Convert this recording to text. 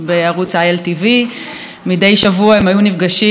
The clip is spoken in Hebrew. בערוץ ILTV. מדי שבוע הם היו נפגשים,